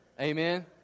Amen